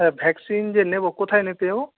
হ্যাঁ ভ্যাকসিন যে নেব কোথায় নিতে যাব